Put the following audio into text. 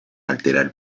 alterar